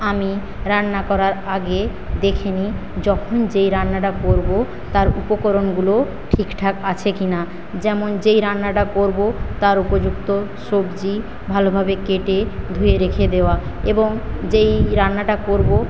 আমি রান্না করার আগে দেখে নিই যখন যে রান্নাটা করবো তার উপকরণগুলো ঠিকঠাক আছে কি না যেমন যেই রান্নাটা করবো তার উপযুক্ত সবজি ভালোভাবে কেটে ধুয়ে রেখে দেওয়া এবং যেই রান্নাটা করবো